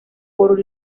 por